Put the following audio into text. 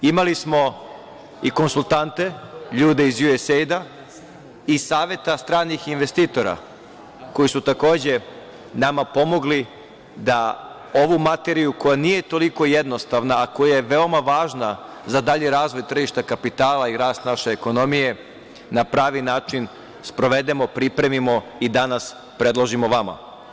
Imali smo i konsultante, ljude iz USAID-a i iz Saveta stranih investitora koji su, takođe, nama pomogli da ovu materiju koja nije toliko jednostavna, a koja je veoma važna za dalji razvoj tržišta kapitala i rast naše ekonomije na pravi način sprovedemo, pripremo i danas predložimo vama.